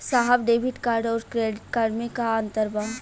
साहब debit card और credit card में का अंतर बा?